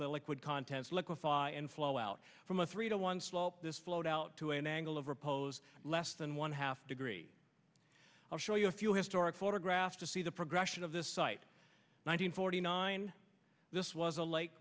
liquid contents liquefy and flow out from a three to one slope this flowed out to an angle of repose less than one half degree i'll show you a few historic photographs to see the progression of this site nine hundred forty nine this was a lake